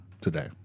today